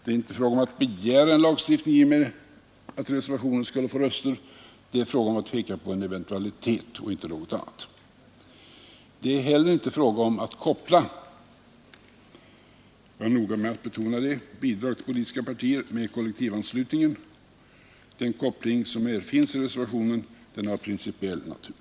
Det är icke fråga om att begära en lagstiftning i och med att reservationen skulle få röstövervikt, utan det är fråga om att peka på en eventualitet, inte någonting annat. Det är heller inte fråga om att koppla ihop — jag är noga med att betona det — bidrag till politiska partier med kollektivanslutning. Den koppling som finns i reservationen är av principiell natur.